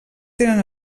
tenen